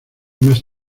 más